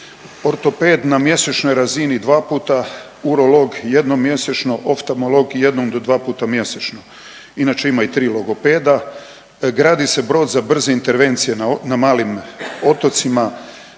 ortoped na mjesečnoj razini 2 puta, urolog jednom mjesečno, oftalmolog jednom do dva puta mjesečno. Inače ima i tri logopeda. Gradi se brod za brze intervencije na malim otocima,